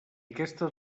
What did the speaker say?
aquesta